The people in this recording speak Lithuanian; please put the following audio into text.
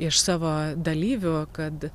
iš savo dalyvių kad